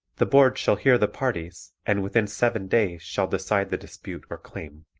the board shall hear the parties and within seven days shall decide the dispute or claim.